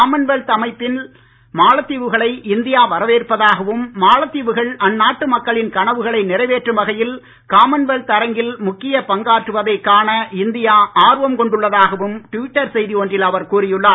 Commonwealth அமைப்பில் மாலத்தீவுகளை India வரவேற்பதாகவும் மாலத்தீவுகள் அந்நாட்டு மக்களின் கனவுகளை காமன்வெல்த் நிறைவேற்றும் வகையில் அரங்கில் முக்கிய பங்காற்றுவதை காண இந்தியா ஆர்வம் கொண்டுள்ளதாகவும் ட்விட்டர் செய்தி ஒன்றில் அவர் கூறியுள்ளார்